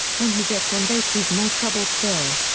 when he gets on base he's more trouble still.